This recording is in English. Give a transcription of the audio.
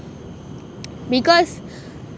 because